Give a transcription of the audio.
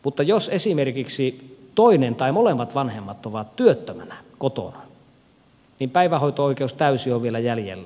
mutta jos esimerkiksi toinen tai molemmat vanhemmat ovat työttöminä kotona niin päivähoito oikeus täysin on vielä jäljellä